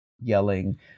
yelling